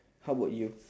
how about you